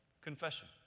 confession